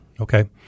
Okay